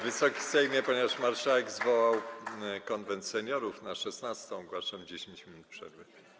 Wysoki Sejmie, ponieważ marszałek zwołał Konwent Seniorów na godz. 16, ogłaszam 10 minut przerwy.